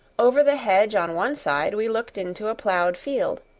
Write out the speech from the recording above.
over the hedge on one side we looked into a plowed field,